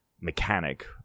mechanic